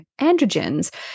androgens